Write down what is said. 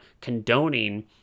condoning